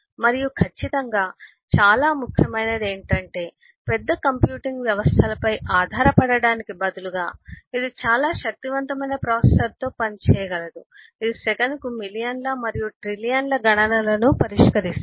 మరియు ఖచ్చితంగా చాలా ముఖ్యమైనది ఏమిటంటే పెద్ద కంప్యూటింగ్ వ్యవస్థలపై ఆధారపడటానికి బదులుగా ఇది చాలా శక్తివంతమైన ప్రాసెసర్తో పని చేయగలదు ఇది సెకనుకు మిలియన్ల మరియు ట్రిలియన్ల గణనలను పరిష్కరిస్తుంది